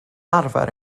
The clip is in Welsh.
arfer